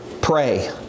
Pray